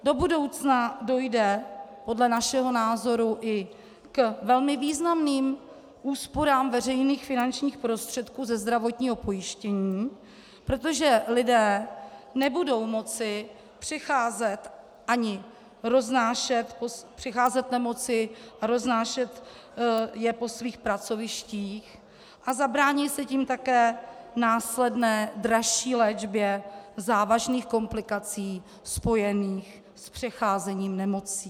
Do budoucna dojde podle našeho názoru i k velmi významným úsporám veřejných finančních prostředků ze zdravotního pojištění, protože lidé nebudou moci přecházet nemoci a roznášet je po svých pracovištích a zabrání se tím také následné dražší léčbě závažných komplikací spojených s přecházením nemocí.